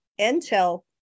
Intel